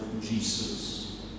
Jesus